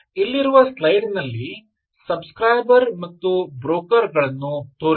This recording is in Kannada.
ಇಲ್ಲಿರುವ ಸ್ಲೈಡಿನಲ್ಲಿ ಸಬ್ ಸ್ಕ್ರೈಬರ್ ಮತ್ತು ಬ್ರೋಕರ್ ಗಳನ್ನು ತೋರಿಸಿದೆ